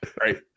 Right